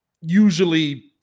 usually